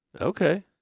Okay